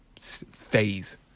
phase